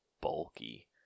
bulky